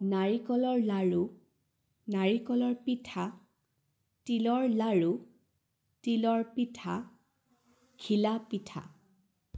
নাৰিকলৰ লাড়ু নাৰিকলৰ পিঠা তিলৰ লাড়ু তিলৰ পিঠা ঘিলা পিঠা